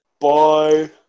Bye